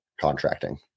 contracting